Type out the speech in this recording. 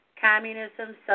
communism